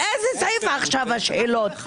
על איזה סעיף עכשיו השאלות.